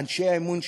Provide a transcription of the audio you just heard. אנשי האמון שלו,